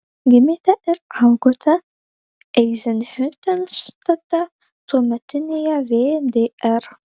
gimėte ir augote eizenhiutenštate tuometinėje vdr